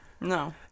No